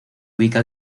ubica